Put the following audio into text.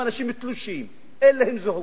הם אנשים תלושים, אין להם זהות,